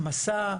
"מסע",